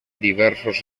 diversos